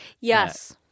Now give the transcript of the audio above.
yes